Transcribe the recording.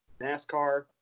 NASCAR